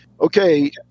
Okay